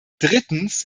drittens